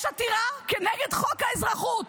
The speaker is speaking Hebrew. יש עתירה כנגד חוק האזרחות,